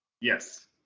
Yes